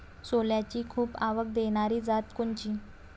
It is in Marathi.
सोल्याची खूप आवक देनारी जात कोनची?